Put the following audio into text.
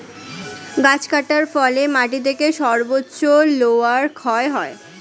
গাছ কাটার ফলে মাটি থেকে সর্বোচ্চ লেয়ার ক্ষয় হয়ে যায়